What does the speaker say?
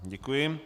Děkuji.